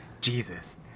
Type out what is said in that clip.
jesus